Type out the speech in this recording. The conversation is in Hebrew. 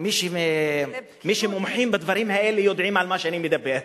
מי שמומחים בדברים האלה יודעים על מה אני מדבר.